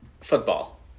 football